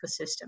ecosystem